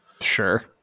Sure